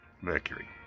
mercury